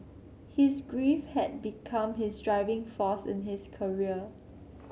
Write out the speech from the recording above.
his grief had become his driving force in his career